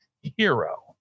hero